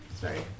Sorry